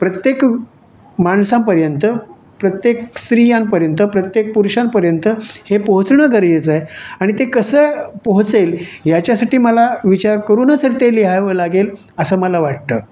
प्रत्येक माणसापर्यंत प्रत्येक स्त्रियांपर्यंत प्रत्येक पुरुषांपर्यंत हे पोहोचणं गरजेचं आहे आणि ते कसं पोहोचेल याच्यासाठी मला विचार करूनच ते लिहावं लागेल असं मला वाटतं